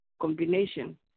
Combination